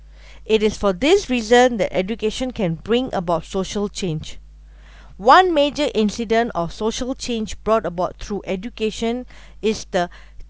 it is for this reason that education can bring about social change one major incident of social change brought about through education is the